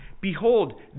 Behold